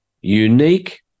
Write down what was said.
Unique